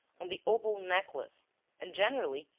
on the opal necklace and, generally,